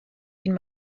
ihn